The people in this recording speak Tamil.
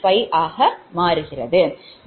5 ஆகும்